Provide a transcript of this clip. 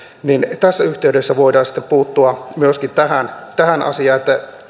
niin tässä yhteydessä voidaan puuttua myöskin tähän tähän asiaan